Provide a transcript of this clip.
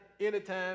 anytime